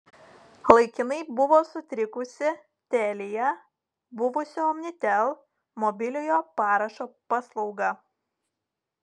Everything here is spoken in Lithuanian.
laikinai buvo sutrikusi telia buvusio omnitel mobiliojo parašo paslauga